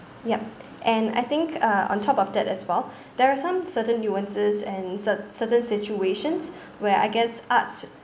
yup and I think uh on top of that as well there are some certain nuances and cert~ certain situations where I guess arts